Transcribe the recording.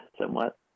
somewhat